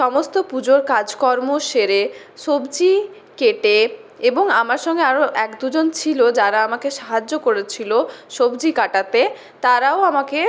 সমস্ত পুজোর কাজকর্ম সেরে সবজি কেটে এবং আমার সঙ্গে আরও এক দুজন ছিলো যারা আমাকে সাহায্য করেছিলো সবজি কাটাতে তাঁরাও আমাকে